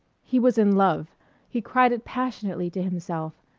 he was in love he cried it passionately to himself.